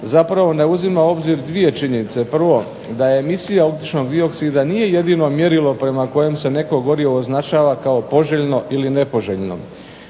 zapravo ne uzima u obzir dvije činjenice. Prvo, da emisija ugljičnog dioksida nije jedino mjerilo prema kojem se neko gorivo označava kao poželjno ili nepoželjno,